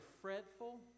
fretful